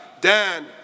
Dan